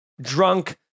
drunk